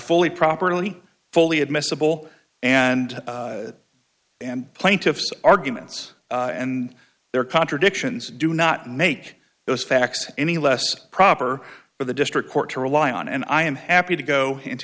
fully properly fully admissible and and plaintiffs arguments and there are contradictions do not make those facts any less proper for the district court to rely on and i am happy to go into